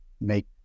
make